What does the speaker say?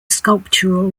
sculptural